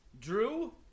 Drew